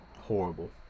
Horrible